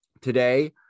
Today